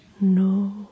no